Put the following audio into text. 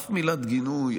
אף מילת גינוי,